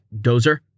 Dozer